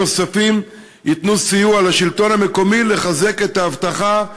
נוספים ייתנו סיוע לשלטון המקומי לחזק את האבטחה,